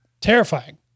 Terrifying